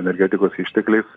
energetikos ištekliais